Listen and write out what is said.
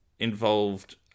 Involved